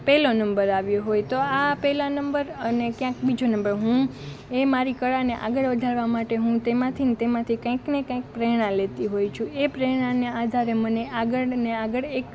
પહેલો નંબર આવ્યો હોય તો આ પહેલા નંબર અને ક્યાંક બીજો નંબર હું એ મારી કળાને આગળ વધારવા માટે હું તેમાંથી ને તેમાંથી કંઇકને કંઇક પ્રેરણા લેતી હોઉં છું એ પ્રેરણાને આધારે મને આગળને આગળ એક